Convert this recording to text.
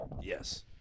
Yes